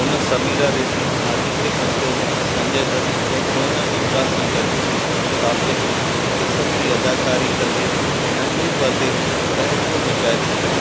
हुन समीरा रेड्डी आदित्य पंचोली संजय दत्त ऐं कोएना मित्रा सां गॾु मुसाफ़िर में हिकु सनदी अदाकारी कंदे नंढे पर्दे ते तहलको मचाए छॾियो